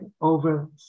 over